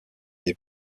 des